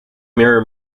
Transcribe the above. mirror